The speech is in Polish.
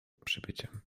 przybyciem